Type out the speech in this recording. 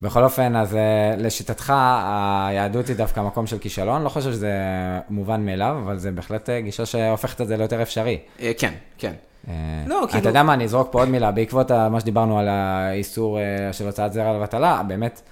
בכל אופן, אז לשיטתך היהדות היא דווקא מקום של כישלון, לא חושב שזה מובן מאליו, אבל זה בהחלט גישה שהופכת את זה ליותר אפשרי. כן, כן. לא כי, אתה יודע מה, אני אזרוק פה עוד מילה, בעקבות מה שדיברנו על האיסור של הוצאת זרע לבטלה, באמת.